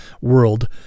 world